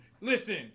Listen